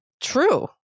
true